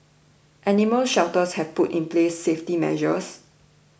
animal shelters have put in place safety measures